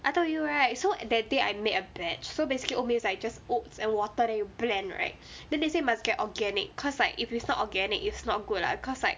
I told you right so that day I made a batch so basically oat milk is like just oats and water then you blend right then they say must get organic cause like if it's not organic it's not good lah cause like